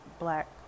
black